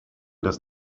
das